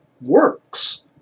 works